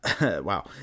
Wow